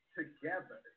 together